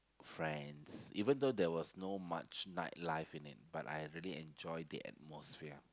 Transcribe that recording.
friends even though there was not much night life in it but I really enjoyed the atmosphere